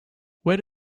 where